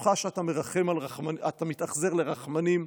סופך שאתה מתאכזר לרחמנים.